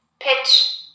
pitch